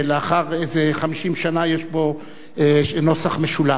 שלאחר איזה 50 שנה יש בו נוסח משולב,